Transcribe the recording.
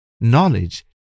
Knowledge